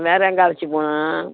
வேறு எங்கே அழைச்சு போகணும்